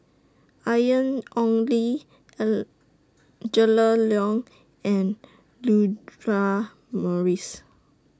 Ian Ong Li Angela Liong and Audra Morrice